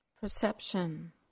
perception